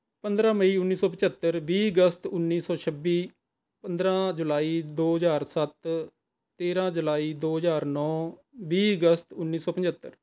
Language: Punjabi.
ਪੰਦਰਾਂ ਮਈ ਉੱਨੀ ਸੌ ਪੰਝੱਤਰ ਵੀਹ ਅਗਸਤ ਉੱਨੀ ਸੌ ਛੱਬੀ ਪੰਦਰਾਂ ਜੁਲਾਈ ਦੋ ਹਜ਼ਾਰ ਸੱਤ ਤੇਰਾਂ ਜੁਲਾਈ ਦੋ ਹਜ਼ਾਰ ਨੌ ਵੀਹ ਅਗਸਤ ਉੱਨੀ ਸੌ ਪੰਝੱਤਰ